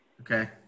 Okay